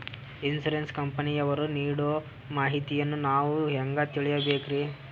Insurance ಕಂಪನಿಯವರು ನೀಡೋ ಮಾಹಿತಿಯನ್ನು ನಾವು ಹೆಂಗಾ ತಿಳಿಬೇಕ್ರಿ?